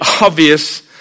obvious